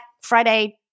Friday-